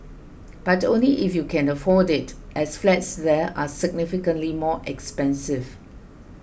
but only if you can afford it as flats there are significantly more expensive